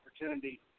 opportunity